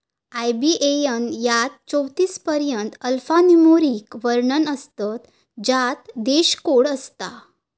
IBAN यात चौतीस पर्यंत अल्फान्यूमोरिक वर्ण असतत ज्यात देश कोड असता